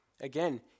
Again